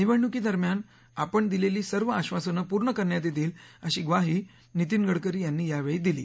निवडणुकी दरम्यान आपण दिलेली सर्व आब्वासनं पूर्ण करण्यात येतील अशी ग्वाही नितीन गडकरी यांनी यावेळी दिली